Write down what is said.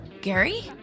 gary